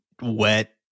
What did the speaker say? wet